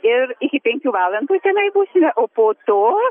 ir iki penkių valandų tenai busime o po to